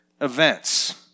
events